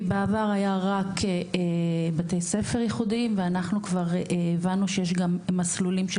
כי בעבר היה רק בתי ספר ייחודיים ואנחנו כבר הבנו שיש גם מסלולים של